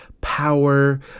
power